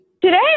Today